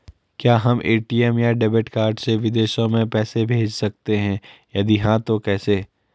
क्या हम ए.टी.एम या डेबिट कार्ड से विदेशों में पैसे भेज सकते हैं यदि हाँ तो कैसे?